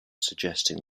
suggesting